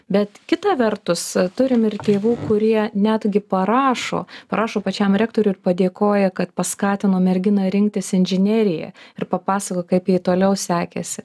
bet kita vertus turim ir tėvų kurie netgi parašo parašo pačiam rektoriui ir padėkoja kad paskatino merginą rinktis inžineriją ir papasakok kaip jai toliau sekėsi